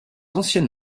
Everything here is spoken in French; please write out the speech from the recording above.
ancienne